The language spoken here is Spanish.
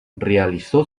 realizó